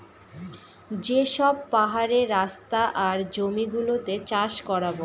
যে সব পাহাড়ের রাস্তা আর জমি গুলোতে চাষ করাবো